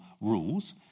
rules